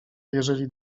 jeżeli